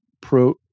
pro